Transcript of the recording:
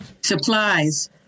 supplies